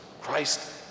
Christ